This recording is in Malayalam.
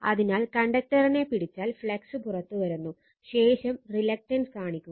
അതിനാൽ കണ്ടക്ടറിനെ പിടിച്ചാൽ ഫ്ലക്സ് പുറത്തുവരുന്നു ശേഷം റീല്ക്ടൻസ് കാണിക്കുക